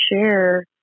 share